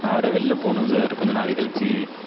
நான் வேறே வெளில போகணும் சார் கொஞ்சம் நாழி கழித்து